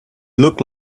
looked